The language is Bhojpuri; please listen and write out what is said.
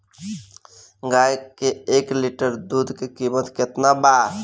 गाय के एक लीटर दुध के कीमत केतना बा?